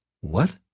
What